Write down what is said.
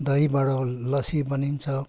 दहीबाट लस्सी बनिन्छ